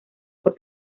por